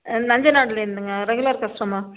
நஞ்சநாடுலேருந்துங்க regular customer